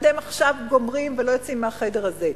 אתם עכשיו גומרים ולא יוצאים מהחדר הזה.